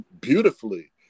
beautifully